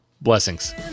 Blessings